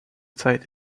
zeit